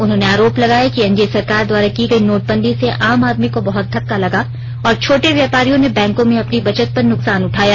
उन्होंने आरोप लगाया कि एनडीए सरकार द्वारा की गई नोट बंदी से आम आदमी को बहत धक्का लगा और छोटे व्यापारियों ने बैंकों में अपनी बचत पर नुकसान उठाया